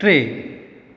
टे